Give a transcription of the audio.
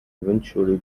eventually